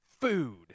food